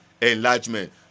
enlargement